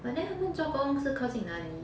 but then 他们做工是靠近哪里